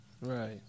Right